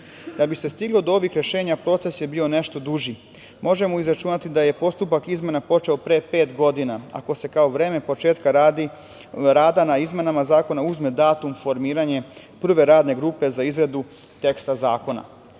bi se stiglo do ovih rešenja, proces je bio nešto duži. Možemo izračunati da je postupak izmena počeo pre pet godina, ako se kao vreme početka rada na izmenama zakona uzme datum formiranja prve radne grupe za izradu teksta zakona.